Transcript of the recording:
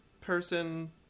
person